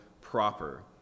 proper